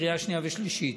לקריאה השנייה והשלישית.